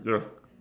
ya